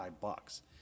bucks